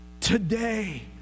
Today